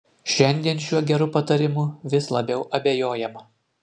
šiandien šiuo geru patarimu vis labiau abejojama